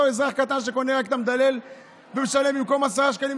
אזרח קטן שקונה רק את המדלל ומשלם 14 שקלים במקום עשרה שקלים.